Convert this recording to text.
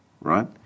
right